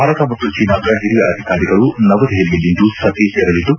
ಭಾರತ ಮತ್ತು ಚೀನಾದ ಹಿರಿಯ ಅಧಿಕಾರಿಗಳು ದೆಹಲಿಯಲ್ಲಿಂದು ಸಭೆ ಸೇರಲಿದ್ದು